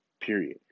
period